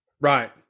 Right